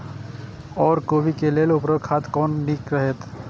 ओर कोबी के लेल उर्वरक खाद कोन नीक रहैत?